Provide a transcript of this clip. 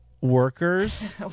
Workers